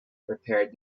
prepared